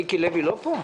מיקי לוי לא פה?